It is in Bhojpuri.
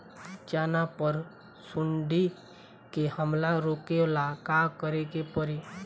चना पर सुंडी के हमला रोके ला का करे के परी?